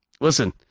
listen